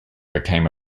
became